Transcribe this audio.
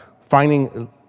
finding